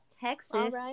Texas